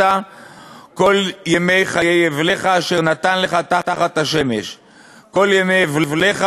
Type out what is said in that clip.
כל ימי חיי הבלך אשר נתן לך תחת השמש כל ימי הבלך